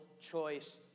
choice